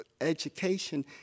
education